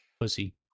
Pussy